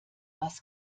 was